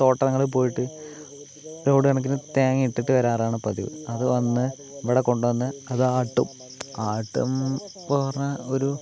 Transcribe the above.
തോട്ടങ്ങളിൽ പോയിട്ട് ലോഡ് കണക്കിന് തേങ്ങ ഇട്ടിട്ട് വരാറാണ് പതിവ് അതു വന്ന് ഇവിടെ കൊണ്ടു വന്ന് അത് ആട്ടും ആട്ടും എന്ന് പറഞളഞ്ഞാൽ ഒരു